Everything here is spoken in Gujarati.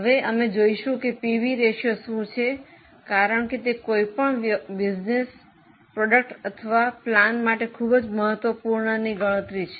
હવે અમે જોઈશું કે પીવી રેશિયો શું છે કારણ કે તે કોઈપણ વ્યવસાય ઉત્પાદન અથવા યોજના માટે ખૂબ જ મહત્વપૂર્ણ ગણતરી છે